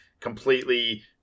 completely